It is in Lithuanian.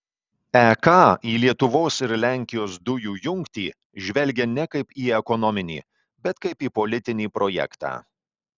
ek į lietuvos ir lenkijos dujų jungtį žvelgia ne kaip į ekonominį bet kaip į politinį projektą